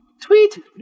Tweet